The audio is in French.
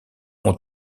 ont